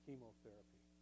Chemotherapy